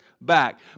back